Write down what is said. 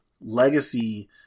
legacy